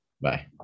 Bye